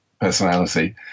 personality